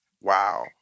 Wow